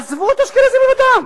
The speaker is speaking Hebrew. עזבו את האשכנזים לבדם.